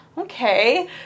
okay